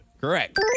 Correct